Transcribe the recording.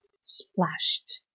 splashed